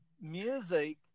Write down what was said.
music